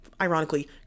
Ironically